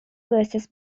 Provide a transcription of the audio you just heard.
versus